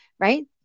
right